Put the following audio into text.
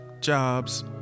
jobs